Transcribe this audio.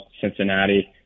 Cincinnati